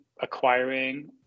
acquiring